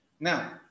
Now